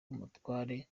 umutware